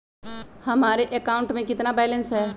हमारे अकाउंट में कितना बैलेंस है?